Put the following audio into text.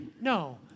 No